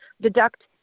deduct